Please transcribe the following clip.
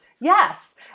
Yes